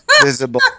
visible